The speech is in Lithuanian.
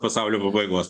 pasaulio pabaigos